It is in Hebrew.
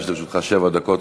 לרשותך שבע דקות.